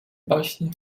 baśni